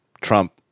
Trump